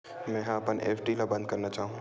मेंहा अपन एफ.डी ला बंद करना चाहहु